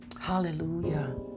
Hallelujah